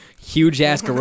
huge-ass